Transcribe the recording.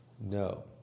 No